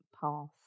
path